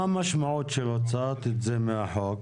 מה המשמעות של הוצאה מהחוק?